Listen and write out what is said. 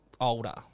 Older